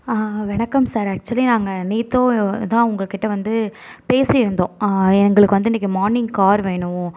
வணக்கம் sir actually நாங்கள் நேற்றோதான் உங்கள் கிட்டே வந்து பேசியிருந்தோம் எங்களுக்கு வந்து இன்னிக்கு மானிங் கார் வேணும்